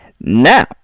Now